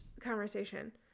conversation